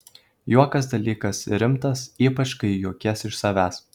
juokas dalykas rimtas ypač kai juokies iš savęs